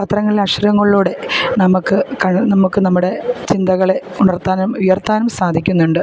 പത്രങ്ങളിലെ അക്ഷരങ്ങളിലൂടെ നമുക്ക് നമുക്ക് നമ്മുടെ ചിന്തകളെ ഉണർത്താനും ഉയർത്താനും സാധിക്കുന്നുണ്ട്